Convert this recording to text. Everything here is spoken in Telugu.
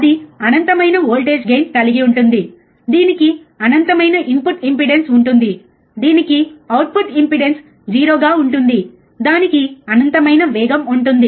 అది అనంతమైన వోల్టేజ్ గెయిన్ కలిగి ఉంటుంది దీనికి అనంతమైన ఇన్పుట్ ఇంపెడెన్స్ ఉంటుంది దీనికి అవుట్పుట్ ఇంపెడెన్స్ 0గా ఉంటుంది దానికి అనంతమైన వేగం ఉంటుంది